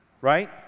Right